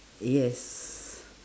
yes